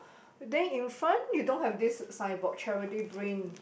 then in front you don't have this signboard charity brain